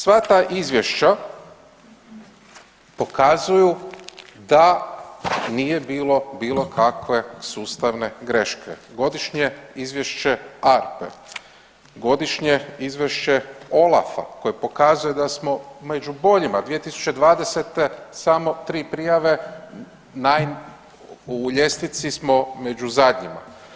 Sva ta izvješća pokazuju da nije bilo bilo kakve sustavne greške, godišnje izvješće APRA-e, godišnje izvješće OLAF-a koje pokazuje da smo među boljima, 2020. samo 3 prijave, u ljestvici smo među zadnjima.